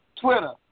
Twitter